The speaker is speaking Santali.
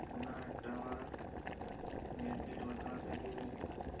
ᱚᱱᱟ ᱴᱟᱣᱟᱨ ᱱᱮᱴᱣᱟᱨᱠ ᱛᱟᱞᱟ ᱛᱮᱜᱮ